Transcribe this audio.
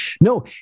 no